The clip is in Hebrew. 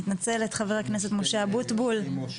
אני מתנצלת ח"כ משה אבוטבול.